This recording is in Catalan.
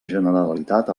generalitat